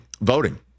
voting